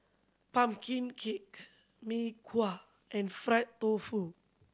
pumpkin cake Mee Kuah and fried tofu